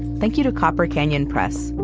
thank you to copper canyon press,